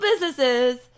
businesses